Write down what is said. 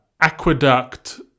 aqueduct